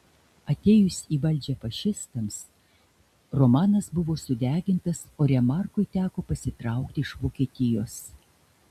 atėjus į valdžią fašistams romanas buvo sudegintas o remarkui teko pasitraukti iš vokietijos